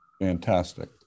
Fantastic